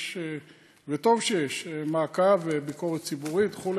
וטוב שיש מעקב וביקורת ציבורית וכו'.